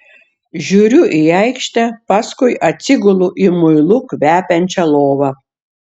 žiūriu į aikštę paskui atsigulu į muilu kvepiančią lovą